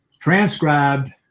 transcribed